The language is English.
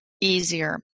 easier